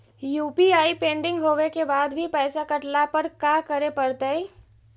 UPI pending होवे के बाद भी पैसा कटला पर का करे पड़तई?